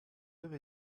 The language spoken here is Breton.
eur